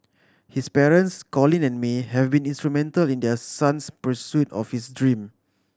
his parents Colin and May have been instrumental in their son's pursuit of his dream